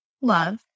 love